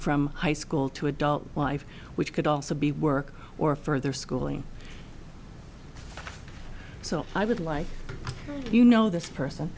from high school to adult life which could also be work or further schooling so i would like you know this person